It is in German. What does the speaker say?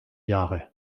jahre